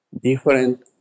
different